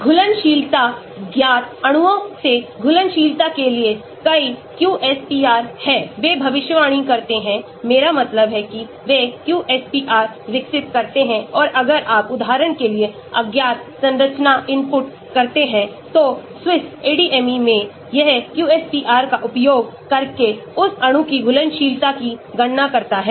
Activity function QSAR Property function QSPR Toxicity function QSTR घुलनशीलता ज्ञात अणुओं से घुलनशीलता के लिए कई QSPR हैं वे भविष्यवाणी करते हैं मेरा मतलब है कि वे QSPR विकसित करते हैं औरअगर आप उदाहरण के लिए अज्ञात संरचना इनपुट करते हैं तो Swiss ADME में यह QSPR का उपयोग करके उस अणु की घुलनशीलता की गणना करता है